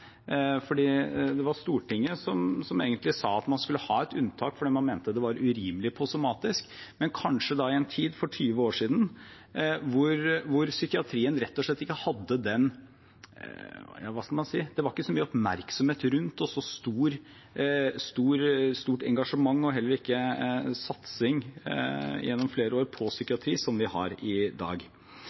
det var Stortinget som egentlig sa at man skulle ha et unntak fordi man mente det var urimelig på somatisk, men da kanskje i en tid for 20 år siden da det rett og slett ikke var så mye oppmerksomhet og så stort engasjement rundt psykiatrien, og heller ikke satsing på det gjennom flere år, slik vi har i dag.